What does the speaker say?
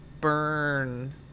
burn